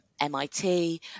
MIT